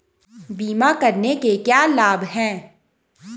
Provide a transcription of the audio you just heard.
बीमा करने के क्या क्या लाभ हैं?